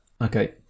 Okay